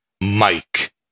Mike